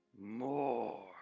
more